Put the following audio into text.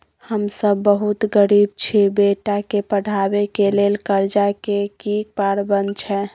हम सब बहुत गरीब छी, बेटा के पढाबै के लेल कर्जा के की प्रावधान छै?